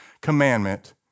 commandment